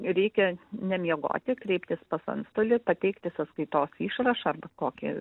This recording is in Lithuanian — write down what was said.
reikia nemiegoti kreiptis pas antstolį pateikti sąskaitos išrašą arba kokį